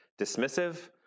dismissive